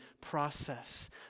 process